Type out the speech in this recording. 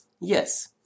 Yes